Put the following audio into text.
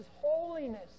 holiness